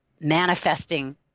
manifesting